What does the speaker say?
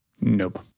Nope